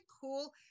cool